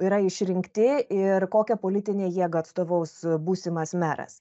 yra išrinkti ir kokią politinę jėgą atstovaus būsimas meras